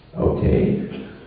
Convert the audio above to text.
Okay